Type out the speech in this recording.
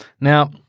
Now-